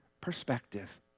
perspective